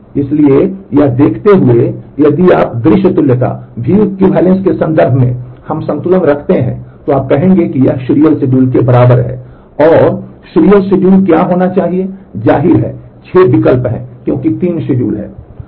इसलिए यह देखते हुए लेकिन यदि आप दृश्य तुल्यता के संदर्भ में हम संतुलन रखते हैं तो आप कहेंगे कि यह serial schedule के बराबर है और serial schedule क्या होना चाहिए जाहिर है 6 विकल्प हैं क्योंकि 3 schedule हैं